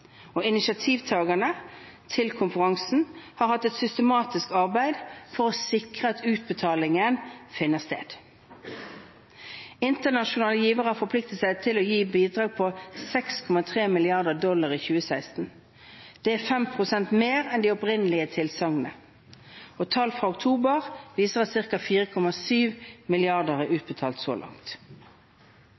bidra. Initiativtagerne til konferansen har hatt et systematisk arbeid for å sikre at utbetaling finner sted. Internasjonale givere har forpliktet seg til bidrag på 6,3 mrd. dollar i 2016. Det er 5 pst. mer enn de opprinnelige tilsagnene. Tall fra oktober viser at cirka 4,7 mrd. dollar er utbetalt så langt.